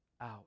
out